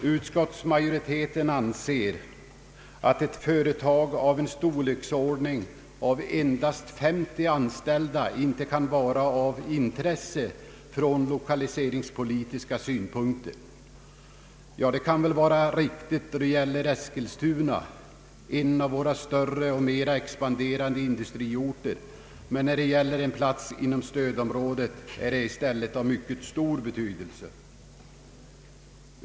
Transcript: Utskottsmajoriteten anser att ett företag av en storleksordning av endast 30 anställda inte kan vara av intresse ur lokaliseringspolitiska synpunkter. Ja, det kan väl vara riktigt när det gäller Eskilstuna, en av våra större och mera expanderande industriorter, men när det gäller en plats inom ett stödområde är ett sådant företag av mycket stor betydelse.